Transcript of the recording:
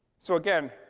so again,